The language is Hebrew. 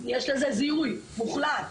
יש לזה זיהוי מוחלט.